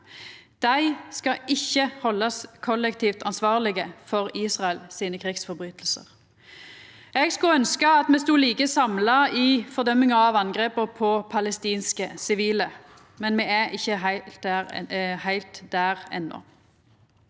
Dei skal ikkje haldast kollektivt ansvarlege for Israels krigsbrotsverk. Eg skulle ønskja at me stod like samla i fordømminga av angrepa på palestinske sivile, men me er ikkje heilt der enno.